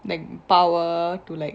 like power to like